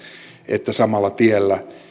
että samalla tiellä